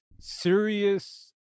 serious